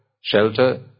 shelter